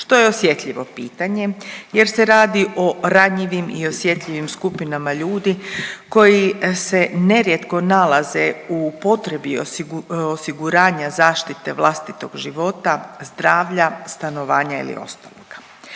što je osjetljivo pitanje jer se radi o ranjivim i osjetljivim skupinama ljudi koji se nerijetko nalaze u potrebi osiguranja zaštite vlastitog života, zdravlja, stanovanja ili ostaloga.